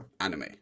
anime